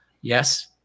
yes